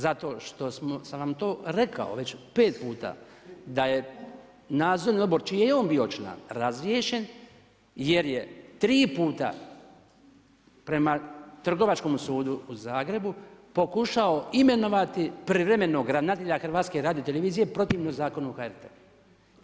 Zato što sam vam to rekao već pet puta da je nadzorni odbor čiji je on bio član razriješen jer je tri puta prema Trgovačkom sudu u Zagrebu pokušao imenovati privremenog ravnatelja HRT-a protivno Zakonu HRT-a.